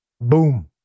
Boom